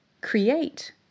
create